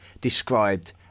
described